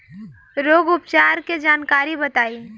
रोग उपचार के जानकारी बताई?